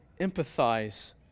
empathize